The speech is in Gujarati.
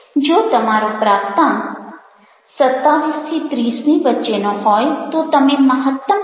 જો તમારો પ્રાપ્તાંક 27 30 ની વચ્ચેનો હોય તો તમે મહત્તમ સ્તરે છો